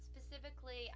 specifically